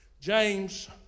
James